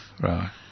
Right